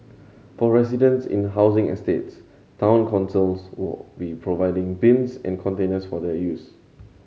for residents in housing estates town councils will be providing bins and containers for their use